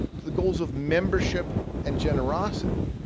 to the goals of membership and generosity,